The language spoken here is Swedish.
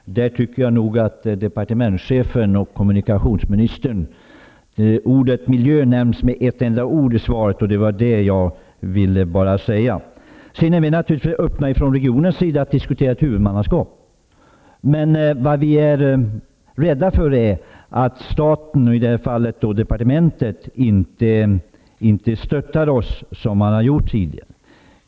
Det är märkligt att departementschefen och kommunikationsministern använt ordet miljö bara en gång i svaret. Från regionens sida är vi naturligtvis öppna inför att diskutera ett huvudmannaskap. Men vi är rädda för att staten, i det här fallet departementet, inte skall stötta oss som man har gjort tidigare.